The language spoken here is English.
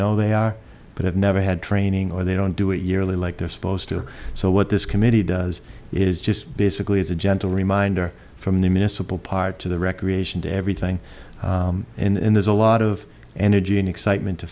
know they are but have never had training or they don't do it yearly like they're supposed to so what this committee does is just basically it's a gentle reminder from the miscible part to the recreation to everything and there's a lot of energy and excitement to